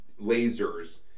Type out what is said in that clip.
lasers